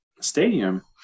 stadium